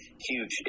huge